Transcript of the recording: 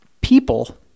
people